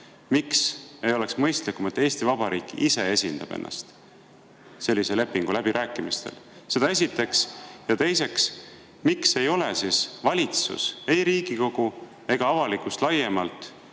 Miks ei oleks mõistlikum, et Eesti Vabariik ise esindab ennast sellise lepingu läbirääkimistel? Seda esiteks. Ja teiseks: miks ei ole valitsus ei Riigikogu ega avalikkust laiemalt